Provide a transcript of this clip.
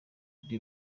andi